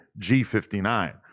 g59